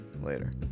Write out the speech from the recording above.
later